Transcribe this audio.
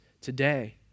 today